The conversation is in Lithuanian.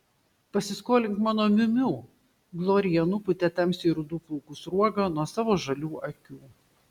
pasiskolink mano miu miu glorija nupūtė tamsiai rudų plaukų sruogą nuo savo žalių akių